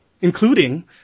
including